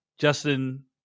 Justin